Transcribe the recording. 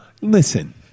listen